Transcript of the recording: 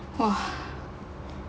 !wah!